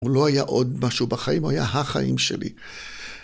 הוא לא היה עוד משהו בחיים, הוא היה החיים שלי.